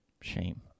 Shame